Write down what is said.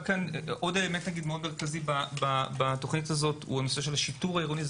אלמנט מרכזי נוסף בתוכנית הזו הוא הנושא של השיטור העירוני.